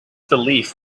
belief